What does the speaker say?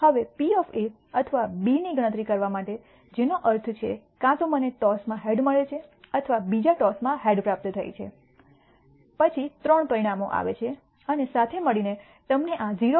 હવે P અથવા B ની ગણતરી કરવા માટે જેનો અર્થ છે કે કાં તો મને ટોસ માં હેડ મળે છે અથવા બીજા ટોસમાં હેડ પ્રાપ્ત થાય છે પછી આ ત્રણ પરિણામો આવે છે અને સાથે મળીને તમને 0